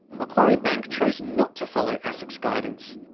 macquarie bank chose not to follow asic's guidance.